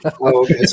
Okay